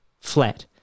flat